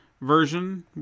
version